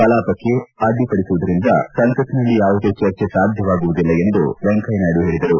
ಕಲಾಪಕ್ಕೆ ಅಡ್ಡಿ ಪಡಿಸುವುದರಿಂದ ಸಂಸತ್ತಿನಲ್ಲಿ ಯಾವುದೇ ಚರ್ಚೆ ಸಾಧ್ಯವಾಗುವುದಿಲ್ಲ ರಂದು ವೆಂಕಯ್ಯ ನಾಯಡು ಹೇಳಿದರು